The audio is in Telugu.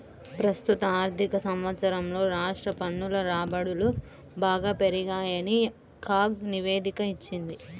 ప్రస్తుత ఆర్థిక సంవత్సరంలో రాష్ట్ర పన్నుల రాబడులు బాగా పెరిగాయని కాగ్ నివేదిక ఇచ్చింది